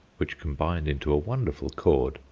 which combined into a wonderful chord,